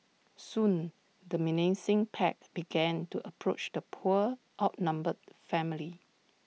soon the menacing pack began to approach the poor outnumbered family